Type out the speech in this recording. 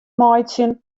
meitsjen